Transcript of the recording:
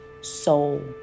soul